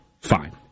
fine